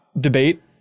debate